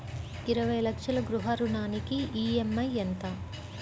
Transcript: ఇరవై లక్షల గృహ రుణానికి ఈ.ఎం.ఐ ఎంత?